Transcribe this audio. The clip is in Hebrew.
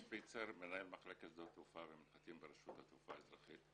אני מנהל מחלקת שדות תעופה ומנחתים ברשות התעופה האזרחית.